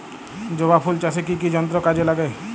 জবা ফুল চাষে কি কি যন্ত্র কাজে লাগে?